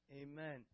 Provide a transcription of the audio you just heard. Amen